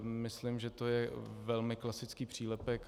Myslím, že to je velmi klasický přílepek.